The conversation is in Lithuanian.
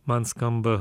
man skamba